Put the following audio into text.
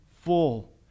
full